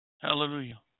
Hallelujah